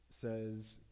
Says